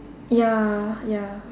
ya ya